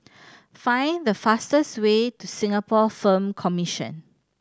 find the fastest way to Singapore Film Commission